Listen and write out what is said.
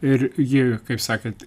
ir ji kaip sakėt